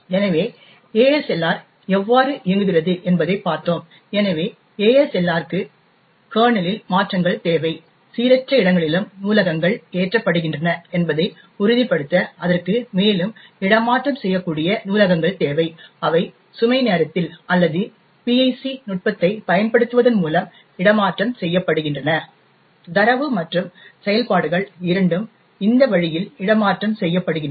எனவே ASLR எவ்வாறு இயங்குகிறது என்பதைப் பார்த்தோம் எனவே ASLR க்கு கர்னலில் மாற்றங்கள் தேவை சீரற்ற இடங்களில் நூலகங்கள் ஏற்றப்படுகின்றன என்பதை உறுதிப்படுத்த அதற்கு மேலும் இடமாற்றம் செய்யக்கூடிய நூலகங்கள் தேவை அவை சுமை நேரத்தில் அல்லது PIC நுட்பத்தைப் பயன்படுத்துவதன் மூலம் இடமாற்றம் செய்யப்படுகின்றன தரவு மற்றும் செயல்பாடுகள் இரண்டும் இந்த வழியில் இடமாற்றம் செய்யப்படுகின்றன